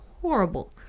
horrible